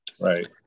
right